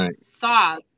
saw